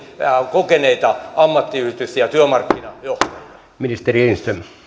kokeneita ammattiyhdistys ja työmarkkinajohtajia